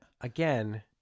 again